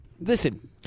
Listen